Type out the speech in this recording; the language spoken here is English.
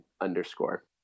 underscore